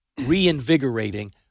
reinvigorating